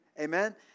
Amen